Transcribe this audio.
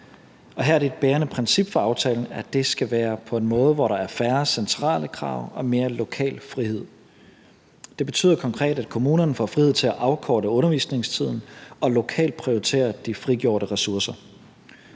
her er det et bærende princip for aftalen, at det skal være på en måde, hvor der er færre centrale krav og mere lokal frihed. Det betyder konkret, at kommunerne får frihed til at afkorte undervisningstiden og lokalt prioritere de frigjorte ressourcer.